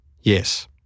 Yes